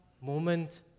moment